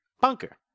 BUNKER